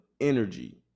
energy